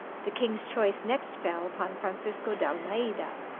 the king's choice next fell upon francisco d'almeida,